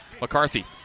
McCarthy